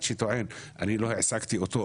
אחד שטוען אני לא העסקתי אותו,